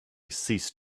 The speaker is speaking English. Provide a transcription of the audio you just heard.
ceased